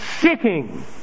sitting